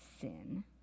sin